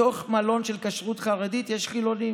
בתוך מלון של כשרות חרדית יש חילונים,